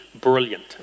brilliant